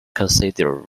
considered